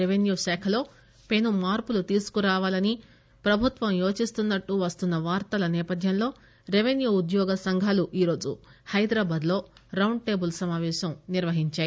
revenue శాఖలో పెనుమార్పులు తీసుకురావాలని ప్రభుత్వం యోచిస్తున్నట్లు వస్తున్న వార్తల సేపథ్యంలో రెవెన్యూ ఉద్యోగుల సంఘాలు ఈరోజు హైదరాబాద్ లో రౌండ్ టేబుల్ సమాపేశం నిర్వహించాయి